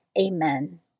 Amen